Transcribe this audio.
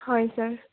হয় ছাৰ